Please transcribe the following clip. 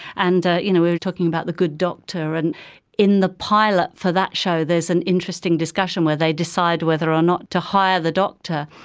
and ah you know we were talking about the good doctor, and in the pilot for that show there's an interesting discussion where they decide whether or not to hire the doctor.